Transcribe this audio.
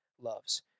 loves